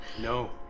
No